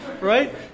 right